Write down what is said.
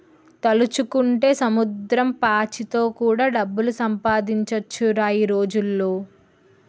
తలుచుకుంటే సముద్రం పాచితో కూడా డబ్బులు సంపాదించొచ్చురా ఈ రోజుల్లో